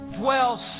dwells